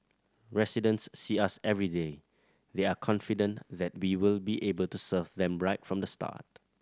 residents see us everyday they are confident that be will be able to serve them right from the start